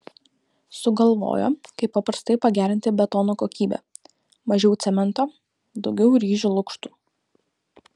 sugalvojo kaip paprastai pagerinti betono kokybę mažiau cemento daugiau ryžių lukštų